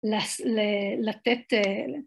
לתת